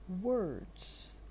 words